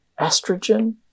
estrogen